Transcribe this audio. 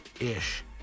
ish